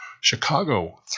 Chicago